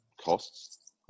costs